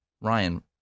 Ryan